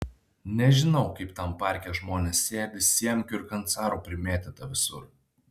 nežinau kaip tam parke žmonės sėdi siemkių ir kancarų primėtyta visur